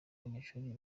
abanyeshuri